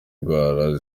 indwara